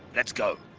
let's go!